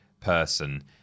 person